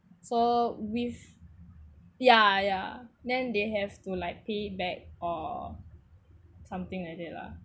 so with ya ya then they have to like pay back or something like that lah